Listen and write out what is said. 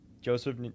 Joseph